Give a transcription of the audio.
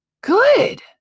Good